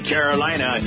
Carolina